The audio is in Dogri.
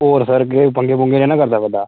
होर किश पंगे नेईं नां करदा बड्डा